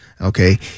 Okay